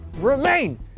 remain